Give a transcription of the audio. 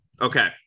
Okay